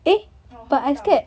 orh 喝不到